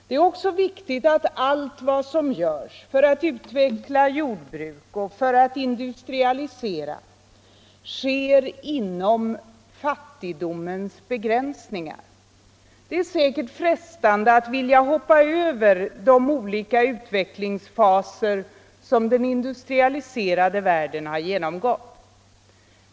Det är också viktigt att allt vad som görs för att utveckla jordbruk och för att industrialisera sker inom fattigdomens begränsningar. Det är säkert frestande att vilja hoppa över de olika utvecklingsfaser som den industrialiserade världen genomgått.